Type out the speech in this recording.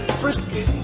frisky